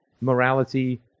morality